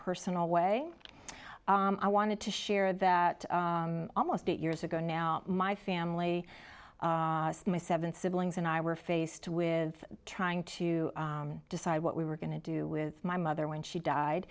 personal way i wanted to share that almost eight years ago now my family and my seven siblings and i were faced with trying to decide what we were going to do with my mother when she died